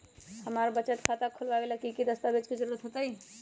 हमरा के बचत खाता खोलबाबे ला की की दस्तावेज के जरूरत होतई?